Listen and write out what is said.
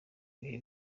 ibihe